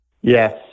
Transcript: Yes